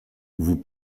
vous